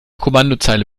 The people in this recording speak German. kommandozeile